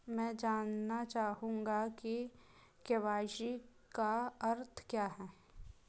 मैं जानना चाहूंगा कि के.वाई.सी का अर्थ क्या है?